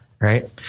Right